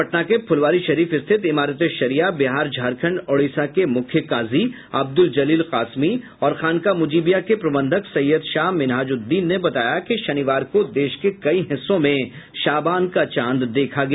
पटना के फुलवारी शरीफ स्थित इमारत ए शरिया बिहार झारखण्ड ओडिशा के मुख्य काजी अब्दुल जलील कासमी और खानकाह मुजिबिया के प्रबंधक सैयद शाह मिनहाज उद्दीन ने बताया कि शनिवार को देश के कई हिस्सों में शाबान का चांद देखा गया